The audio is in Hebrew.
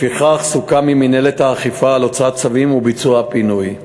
לפיכך סוכם עם מינהלת האכיפה על הוצאת צווים וביצוע הפינוי.